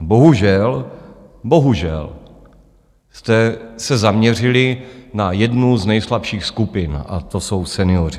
Bohužel, bohužel jste se zaměřili na jednu z nejslabších skupin, a to jsou senioři.